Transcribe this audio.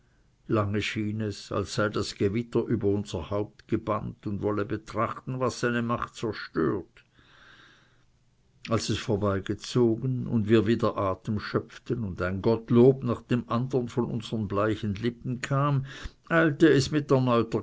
lange schien es als sei das gewitter über unser haupt gebannt und wolle betrachten was seine macht zerstört als es vorbei gezogen war und wir wieder atem schöpften und ein gottlob nach dem andern von unsere bleichen lippen kam eilte es mit